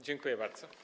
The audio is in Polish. Dziękuję bardzo.